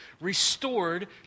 restored